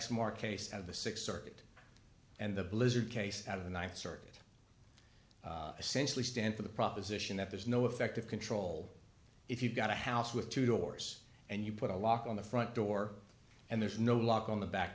lexmark case of the th circuit and the blizzard case out of the th circuit essentially stand for the proposition that there's no effective control if you've got a house with two doors and you put a lock on the front door and there's no lock on the back